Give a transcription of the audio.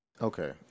Okay